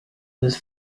was